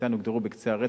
מחציתן הוגדרו בקצה הרצף.